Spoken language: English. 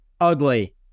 Ugly